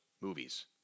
movies